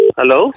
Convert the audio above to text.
Hello